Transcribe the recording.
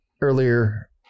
earlier